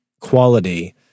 quality